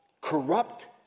corrupt